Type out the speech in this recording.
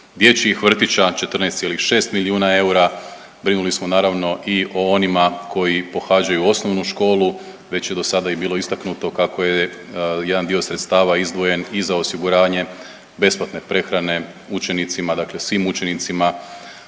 dječjih vrtića 14,6 milijuna eura. Brinuli smo naravno i o onima koji pohađaju osnovnu školu. Već je do sada bilo istaknuto kako je jedan dio sredstava izdvojen i za osiguranje besplatne prehrane učenicima, dakle svim učenicima